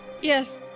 Yes